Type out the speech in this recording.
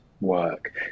work